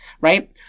Right